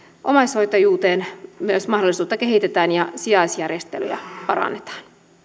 omaishoitajuuteen kehitetään ja sijaisjärjestelyjä parannetaan